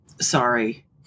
sorry